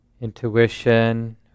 intuition